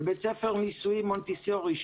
בבית-ספר ניסויי מונטסורי,